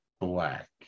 black